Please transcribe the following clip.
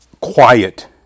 quiet